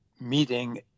meeting